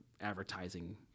advertising